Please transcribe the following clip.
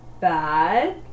bad